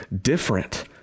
different